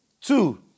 two